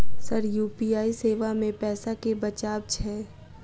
Sir UPI सेवा मे पैसा केँ बचाब छैय?